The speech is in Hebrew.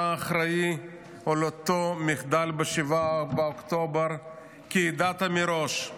אתה אחראי על אותו מחדל ב-7 באוקטובר כי ידעת מראש.